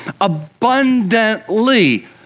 abundantly